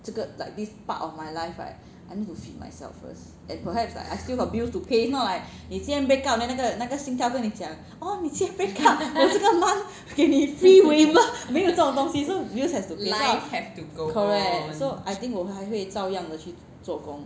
这个 like this part of my life right I need to feed myself first and perhaps like I still got bills to pay is not like 你今天 break up then 那个那个 singtel 跟你讲 orh 你今天 break up 我这个 month 给你 free waiver 没有这种东西 so bills have to be paid so I'll correct so I think 我还会照样的去做工